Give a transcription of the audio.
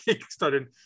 started